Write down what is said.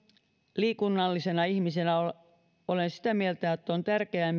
liikunnallisena ihmisenä olen sitä mieltä että on tärkeää